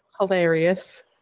hilarious